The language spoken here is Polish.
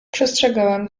przestrzegałem